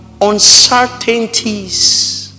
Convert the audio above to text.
uncertainties